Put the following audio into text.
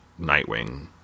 Nightwing